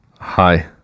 Hi